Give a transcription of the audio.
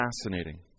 fascinating